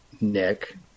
Nick